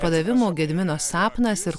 padavimo gedimino sapnas ir